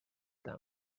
them